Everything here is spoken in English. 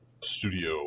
studio